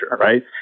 right